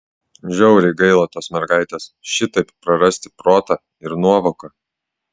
žiauriai gaila tos mergaitės šitaip prarasti protą ir nuovoką